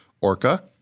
Orca